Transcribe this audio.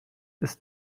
ist